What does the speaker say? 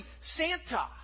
Santa